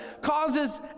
causes